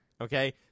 Okay